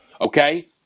okay